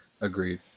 Agreed